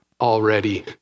already